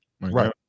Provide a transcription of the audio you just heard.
Right